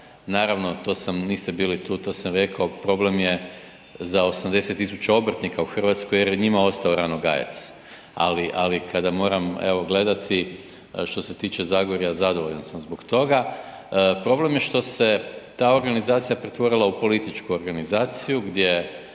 naravno to sam, niste bili tu to sam rekao problem za 80.000 obrtnika u Hrvatskoj jer je njima ostao Ranogajec, ali kada moram evo gledati što se tiče Zagorja zadovoljan sam zbog toga. Problem je što se ta organizacija pretvorila u političku organizaciju gdje